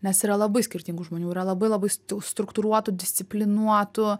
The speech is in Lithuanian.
nes yra labai skirtingų žmonių yra labai labai struktūruotų disciplinuotų